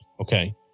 Okay